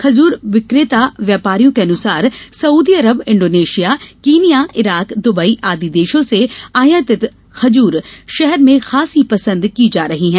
खजूर विक्रेता व्यापारियों के अनुसार सऊदी अरब इंडोनेशिया कीनिया इराक दुबई आदि देशों से आयातित खजूर शहर में खासी पसंद की जा रही है